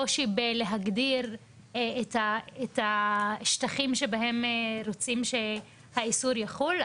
בלהגדיר את השטחים שבהם רוצים שהאיסור יחול.